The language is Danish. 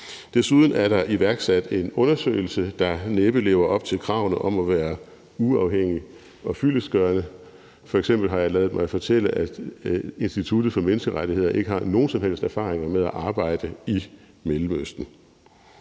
Desuden er der iværksat en undersøgelse, der næppe lever op til kravene om at være uafhængig og fyldestgørende. F.eks. har jeg ladet mig fortælle, at Institut for Menneskerettigheder ikke har nogen som helst erfaringer med at arbejde i Mellemøsten.